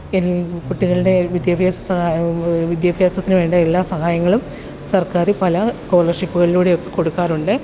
കുട്ടികളുടെ വിദ്യാഭ്യാസ സഹായം വിദ്യാഭ്യാസത്തിന് വേണ്ട എല്ലാ സഹായങ്ങളും സർക്കാർ പല സ്കോളർഷിപ്പുകളിലൂടെ ഒക്കെ കൊടുക്കാറുണ്ട്